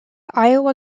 iowa